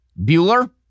Bueller